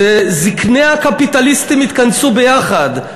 זקני הקפיטליסטים התכנסו ביחד.